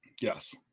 Yes